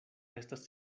estas